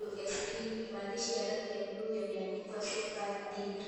USB(CS) maandishi ya rangi ya bluu yameandikwa (CS) super D3(CS)....